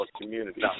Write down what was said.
community